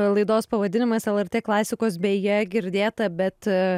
laidos pavadinimas lrt klasikos beje girdėta bet